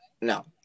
No